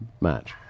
match